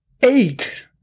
Eight